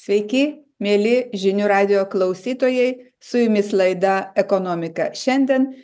sveiki mieli žinių radijo klausytojai su jumis laida ekonomika šiandien